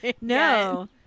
no